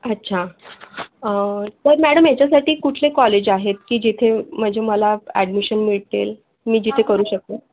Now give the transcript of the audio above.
अच्छा पण मॅडम याच्यासाठी कुठले कॉलेज आहेत की जिथे म्हणजे मला ॲडमिशन मिळेल मी जिथे करू शकेन